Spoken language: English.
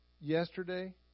yesterday